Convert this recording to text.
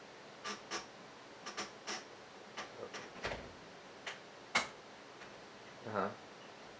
(uh huh)